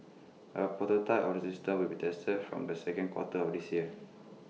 A prototype of the system will be tested from the second quarter of this year